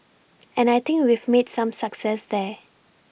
and I think we've made some success there